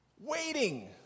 Waiting